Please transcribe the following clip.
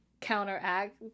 counteract